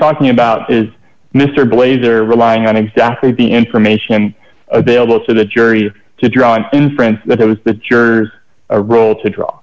talking about is mr glaser relying on exactly the information available to the jury to draw an inference that i was the jurors a role to draw